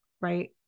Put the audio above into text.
right